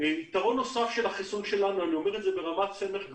יתרון נוסף של החיסון שלנו אני אומר את זה בזהירות,